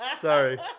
Sorry